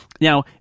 Now